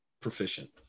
proficient